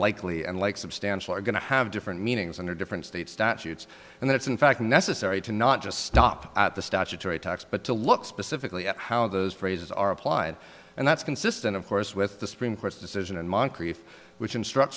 likely and like substantial are going to have different meanings under different state statutes and that's in fact necessary to not just stop at the statutory text but to look specifically at how those phrases are applied and that's consistent of course with the supreme court's decision and moncrief which instruct